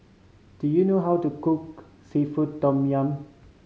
do you know how to cook seafood tom yum